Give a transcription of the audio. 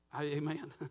Amen